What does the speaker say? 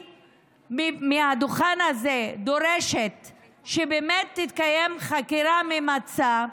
מהדוכן הזה אני דורשת שבאמת תתקיים חקירה ממצה,